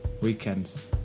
weekends